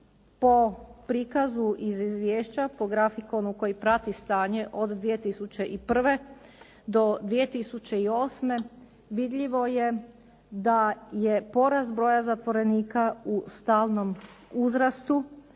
po prikazu iz izvješća, po grafikonu koji prati stanje od 2001. do 2008. vidljivo je da je porast broja zatvorenika u stalnom uzrastu.